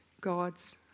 God's